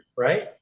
Right